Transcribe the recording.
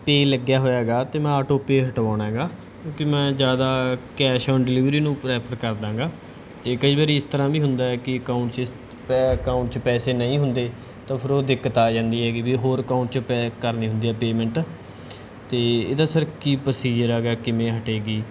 pay ਲੱਗਿਆ ਹੋਇਆ ਹੈਗਾ ਅਤੇ ਮੈਂ ਆਟੋ ਪੇਅ ਹਟਵਾਉਣਾ ਗਾ ਕਿਉਂਕਿ ਮੈਂ ਜ਼ਿਆਦਾ ਕੈਸ਼ ਔਨ ਡਿਲੀਵਰੀ ਨੂੰ ਪਰੈਫਰ ਕਰਦਾ ਗਾ ਜੇ ਕਈ ਵਾਰ ਇਸ ਤਰ੍ਹਾਂ ਵੀ ਹੁੰਦਾ ਹੈ ਕਿ ਅਕਾਊਂਟ 'ਚ ਪੈ ਅਕਾਊਂਟ 'ਚ ਪੈਸੇ ਨਹੀਂ ਹੁੰਦੇ ਤਾਂ ਫਿਰ ਉਹ ਦਿੱਕਤ ਆ ਜਾਂਦੀ ਹੈਗੀ ਵੀ ਹੋਰ ਅਕਾਊਂਟ 'ਚ ਪੈ ਕਰਨੀ ਹੁੰਦੀ ਆ ਪੇਮੈਂਟ ਅਤੇ ਇਹਦਾ ਸਰ ਕੀ ਪ੍ਰੋਸੀਜਰ ਆ ਗਾ ਕਿਵੇਂ ਹਟੇਗੀ